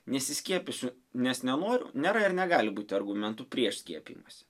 nesiskiepysiu nes nenoriu nėra ir negali būti argumentu prieš skiepijimąsi